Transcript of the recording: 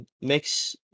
mix